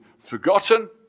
forgotten